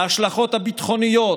להשלכות הביטחוניות,